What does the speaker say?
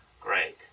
Greg